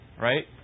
Right